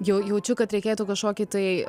jau jaučiu kad reikėtų kažkokį tai